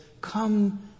come